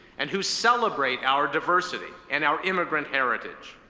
and who celebrate our diversity and our immigrant heritage.